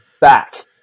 back